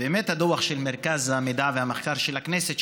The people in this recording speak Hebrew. באמת הדוח של מרכז המידע והמחקר של הכנסת,